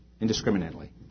indiscriminately